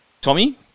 Tommy